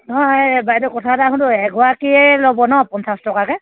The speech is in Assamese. নহয় বাইদেউ কথা এটা সোধোঁ এগৰাকীৰে ল'ব ন পঞ্চাছ টকাকৈ